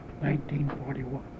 1941